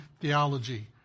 theology